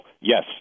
yes